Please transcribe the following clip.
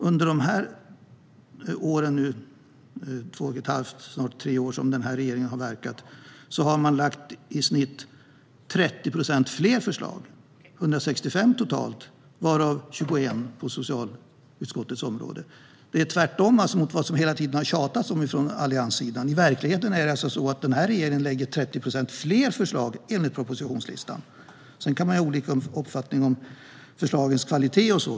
Under de två och ett halvt, snart tre, år som den här regeringen har verkat har man lagt fram i snitt 30 procent fler förslag - 165 totalt, varav 21 på socialutskottets område. Det är alltså tvärtemot vad allianssidan hela tiden har tjatat om. I verkligheten lägger den här regeringen fram 30 procent fler förslag, enligt propositionslistan. Man kan ha olika uppfattning om sådant som förslagens kvalitet.